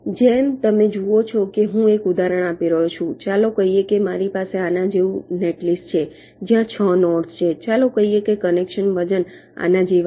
જેમ તમે જુઓ છો કે હું એક ઉદાહરણ આપી રહ્યો છું ચાલો કહીએ કે મારી પાસે આના જેવું નેટલિસ્ટ છે જ્યાં 6 નોડ્સ છે ચાલો કહીએ કે કનેક્શન વજન આના જેવા છે